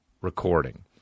recording